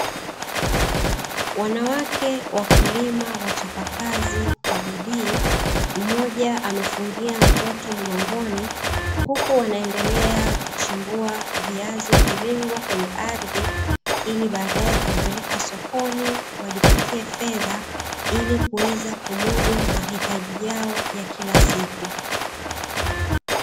Wanawake wakulima wachapakazi kwa bidii, mmoja amefungia mtoto mgongoni, huku wanaendelea kuchimbua viazi mviringo kwenye ardhi, ili baadae kuvipeleka sokoni wajipatie fedha, ili kuweza kumudu mahitaji yao ya kila siku.